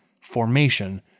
formation